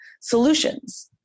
solutions